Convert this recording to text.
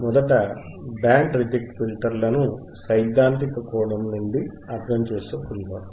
మొదట band reject filter లను సైద్ధాంతిక కోణం నుండి అర్థం చేసుకుందాం